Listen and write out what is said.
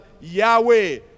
Yahweh